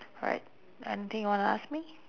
alright anything you wanna ask me